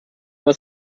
was